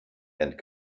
and